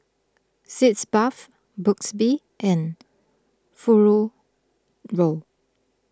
Sitz Bath Burt's Bee and Fururo